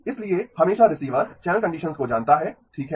इसलिए हमेशा Rx channel conditions को जानता है ठीक है